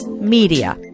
media